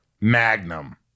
Magnum